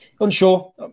Unsure